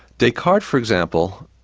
descartes for example,